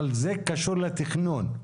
אבל זה קשור לתכנון.